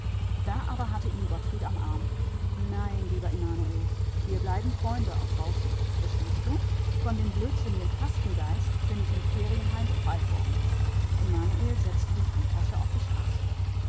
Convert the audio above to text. da aber hatte ihn gottfried am arm nein lieber emanuel wir bleiben freunde auch draußen verstehst du von dem blödsinnigen kastengeist bin ich im ferienheim befreit worden emanuel setzte die handtasche auf die straße